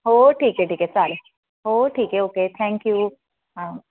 हो ठीक आहे ठीक आहे चालेल हो ठीक आहे ओके थँक्यू हां